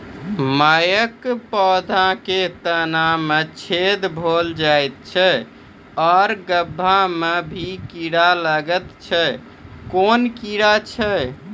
मकयक पौधा के तना मे छेद भो जायत छै आर गभ्भा मे भी कीड़ा लागतै छै कून कीड़ा छियै?